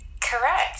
Correct